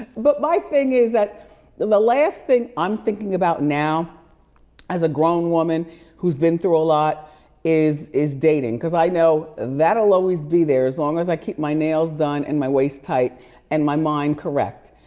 but my thing is that the the last thing i'm thinking about now as a grown woman who's been through a lot is is dating, cause i know that'll always be there as long as i keep my nails done and my waist tight and my mind correct.